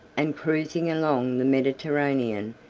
and cruising along the mediterranean,